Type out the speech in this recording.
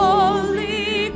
Holy